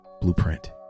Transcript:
blueprint